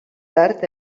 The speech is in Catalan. tard